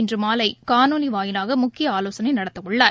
இன்றுமாலைகாணொலிவாயிலாகமுக்கியஆலோசனைநடத்தவுள்ளார்